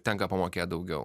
tenka pamokėt daugiau